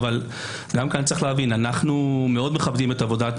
גם כאן צריך להבין שאנחנו מאוד מכבדים את עבודת